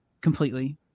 completely